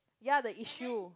ya the issue